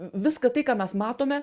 viską tai ką mes matome